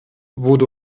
wurde